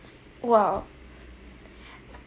!wow!